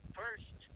first